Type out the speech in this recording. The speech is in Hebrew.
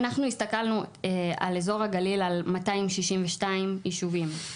אנחנו הסתכלנו על אזור הגליל, על 262 יישובים.